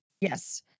Yes